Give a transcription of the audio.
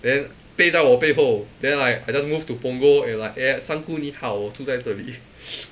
then 背到我背后 then like I just move to punggol and like eh 三姑你好我住在这里